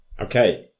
Okay